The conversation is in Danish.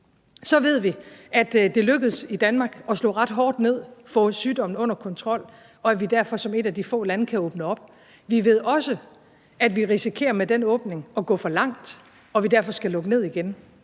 Så ved vi, at det er lykkedes i Danmark at slå ret hårdt ned og få sygdommen under kontrol, og at vi derfor som et af de få lande kan åbne op. Vi ved også, at vi risikerer med den åbning at gå for langt og derfor skal lukke ned igen.